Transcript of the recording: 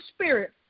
spirit